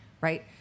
right